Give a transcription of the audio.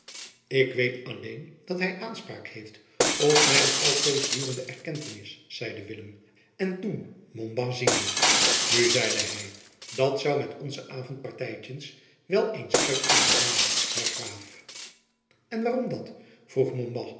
ik weet alleen dat hy aanspraak heeft op mijne altoosdurende erkentenis zeide willem en toen montbas ziende nu zeide hy dat zoû met onze avondpartytjens wel eens uit kunnen zijn heer graaf en waarom dat vroeg